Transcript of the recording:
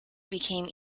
became